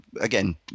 again